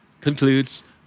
concludes